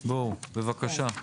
בואו, בבקשה.